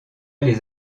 les